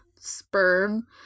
sperm